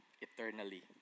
eternally